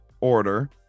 order